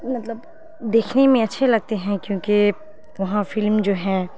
مطلب دیکھنے میں اچھے لگتے ہیں کیونکہ وہاں فلم جو ہیں